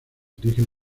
eligen